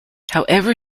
however